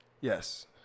Yes